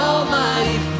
Almighty